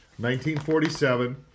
1947